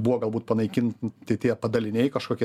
buvo galbūt panaikinti tie padaliniai kažkokie